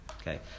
Okay